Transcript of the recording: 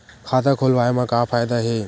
खाता खोलवाए मा का फायदा हे